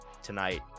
tonight